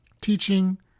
teaching